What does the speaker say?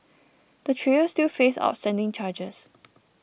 the trio still face outstanding charges